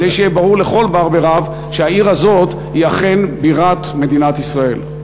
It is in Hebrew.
כדי שיהיה ברור לכל בר בי רב שהעיר הזאת היא אכן בירת מדינת ישראל.